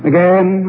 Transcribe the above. Again